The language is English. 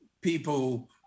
people